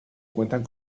cuentan